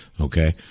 Okay